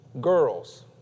Girls